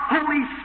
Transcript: Holy